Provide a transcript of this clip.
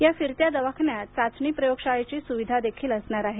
या फिरत्या दवाखान्यात चाचणी प्रयोगशाळेची सुविधा असणार आहे